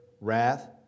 wrath